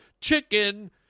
Chicken